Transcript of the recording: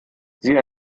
sie